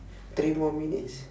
three more minutes